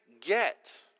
get